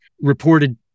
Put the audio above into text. reported